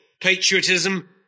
patriotism